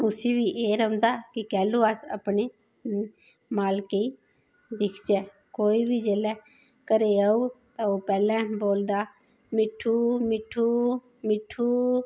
उसी बी एह् रौंहदा किसले अस अपनी मालके गी दिक्खचे कोई बी जिसले घरे गी औग ओह् पैहलें बोलदा मिट्ठू मिट्ठू मिट्ठू